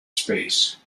space